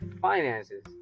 finances